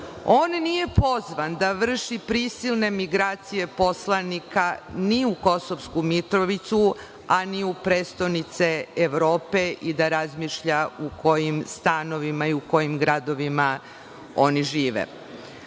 On nije pozvan da vrši prisilne migracije poslanika ni u Kosovskoj Mitrovici, a ni u prestonici Evrope i ne razmišlja u kojim stanovima i u kojim gradovima oni žive.